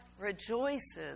rejoices